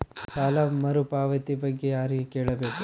ಸಾಲ ಮರುಪಾವತಿ ಬಗ್ಗೆ ಯಾರಿಗೆ ಕೇಳಬೇಕು?